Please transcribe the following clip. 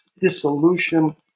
dissolution